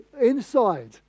inside